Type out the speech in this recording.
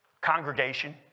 congregation